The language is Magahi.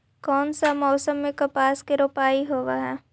कोन सा मोसम मे कपास के रोपाई होबहय?